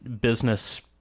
business